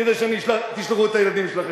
כדי שתשלחו את הילדים שלכם.